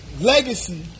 legacy